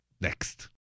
Next